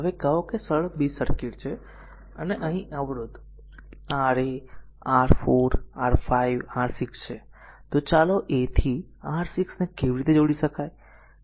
હવે કહો કે સરળ બ્રિજ સર્કિટ છે અને અહીં અવરોધ a a R a R 4 R5 R 6 છે તો આ a થી R 6 ને કેવી રીતે જોડી શકાય